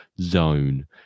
zone